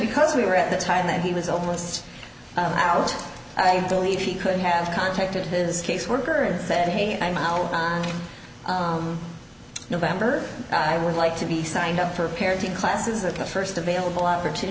because we were at the time that he was almost out i believe he could have contacted his caseworker and said hey i'm out on november i would like to be signed up for parenting classes at the first available